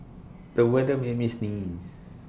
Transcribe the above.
the weather made me sneeze